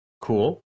Cool